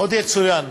עוד יצוין,